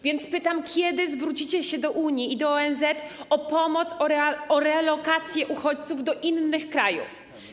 Więc pytam: Kiedy zwrócicie się do Unii i do ONZ o pomoc, o relokację uchodźców do innych krajów?